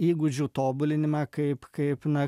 įgūdžių tobulinimą kaip kaip na